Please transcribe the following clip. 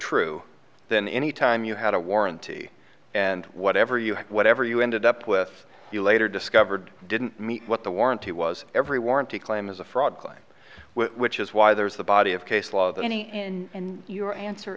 true then any time you had a warranty and whatever you have whatever you ended up with you later discovered didn't meet what the warranty was every warranty claim is a fraud claim which is why there is a body of case law that any in your answer